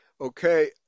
Okay